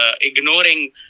ignoring